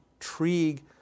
intrigue